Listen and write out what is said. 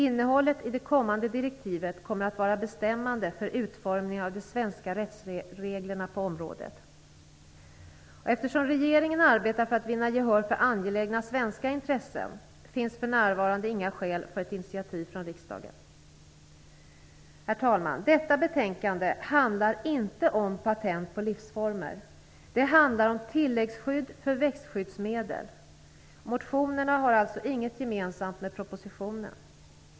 Innehållet i det kommande direktivet kommer att vara bestämmande för utformningen av de svenska rättsreglerna på området. Eftersom regeringen arbetar för att vinna gehör för angelägna svenska intressen finns för närvarande inga skäl för ett initiativ från riksdagen. Herr talman! Detta betänkande handlar inte om patent på livsformer, utan det handlar om tilläggsskydd för växtskyddsmedel. Motionerna har alltså inget gemensamt med propositionen.